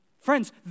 Friends